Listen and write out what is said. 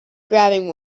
grabbing